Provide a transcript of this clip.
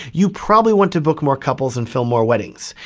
you probably want to book more couples and film more weddings.